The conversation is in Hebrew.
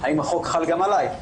-- האם החוק חל גם עליי?